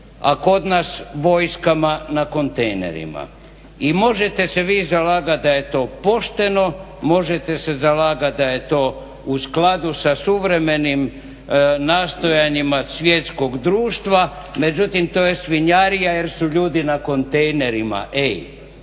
a kod nas vojskama na kontejnerima. I možete se vi zalagat da je to pošteno, možete se zalagat da je to u skladu sa suvremenim nastojanjima svjetskog društva, međutim to je svinjarija jer su ljudi na kontejnerima. Ej,